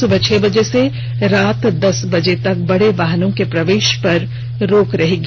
सुबह छह बजे से रात दस बजे तक बड़े वाहनों के प्रवेश पर रोक रहेगी